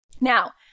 Now